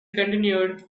continued